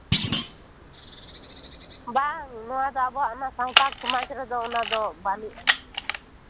ᱵᱟᱝ ᱱᱚᱣᱟ ᱫᱚ ᱟᱵᱚᱣᱟᱜ ᱚᱱᱟ ᱥᱟᱱᱛᱟᱲ ᱥᱚᱢᱟᱡᱽ ᱨᱮᱫᱚ ᱚᱱᱟ ᱫᱚ ᱵᱟᱹᱱᱩᱜᱼᱟ